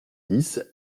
dix